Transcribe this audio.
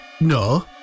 No